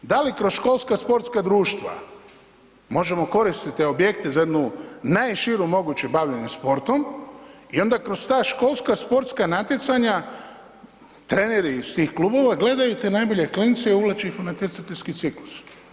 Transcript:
Da li kroz školska sportska društva možemo koristiti objekte za jednu najširu moguću bavljenje sportom i onda kroz ta školska sportska natjecanja treneri iz tih klubova gledaju te najbolje klince i uvlače ih u natjecateljski ciklus.